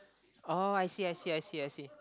oh I see I see I see I see